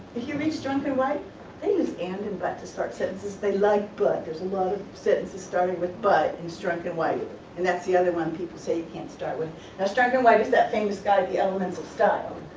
you read strunk and white they use and and but to start sentences they like but there's a lot of sentences starting with but in strunk and white and that's the other one people say you can't start with. now strunk and white is that famous guide the elements of style.